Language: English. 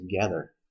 together